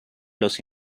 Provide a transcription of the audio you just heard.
los